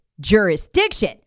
jurisdiction